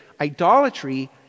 idolatry